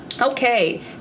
Okay